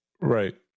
Right